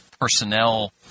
personnel